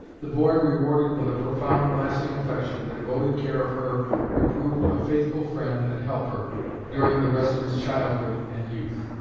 the boy rewarded with a profound and lasting affection the devoted care of her who proved a faithful friend and helper during the rest of his childhood and youth.